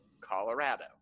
Colorado